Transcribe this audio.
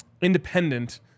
independent